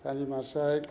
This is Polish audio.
Pani Marszałek!